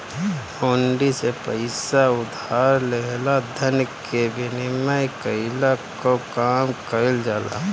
हुंडी से पईसा उधार लेहला धन के विनिमय कईला कअ काम कईल जाला